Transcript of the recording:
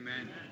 Amen